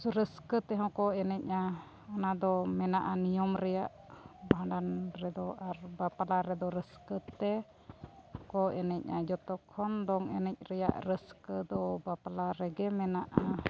ᱨᱟᱹᱥᱠᱟᱹ ᱛᱮᱦᱚᱸ ᱠᱚ ᱮᱱᱮᱡᱼᱟ ᱚᱱᱟ ᱫᱚ ᱢᱮᱱᱟᱜᱼᱟ ᱱᱤᱭᱚᱢ ᱨᱮᱭᱟᱜ ᱵᱷᱟᱸᱰᱟᱱ ᱨᱮᱫᱚ ᱟᱨ ᱵᱟᱯᱞᱟ ᱨᱮᱫᱚ ᱨᱟᱹᱥᱠᱟᱹ ᱛᱮᱠᱚ ᱮᱱᱮᱡᱼᱟ ᱡᱚᱛᱚ ᱠᱷᱚᱱ ᱫᱚᱝ ᱮᱱᱮᱡ ᱨᱮᱭᱟᱜ ᱨᱟᱹᱥᱠᱟᱹ ᱫᱚ ᱵᱟᱯᱞᱟ ᱨᱮᱜᱮ ᱢᱮᱱᱟᱜᱼᱟ